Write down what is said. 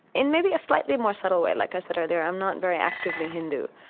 in maybe a slightly more subtle way. like i said earlier, i'm not very actively hindu.